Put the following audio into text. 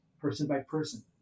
person-by-person